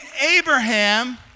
Abraham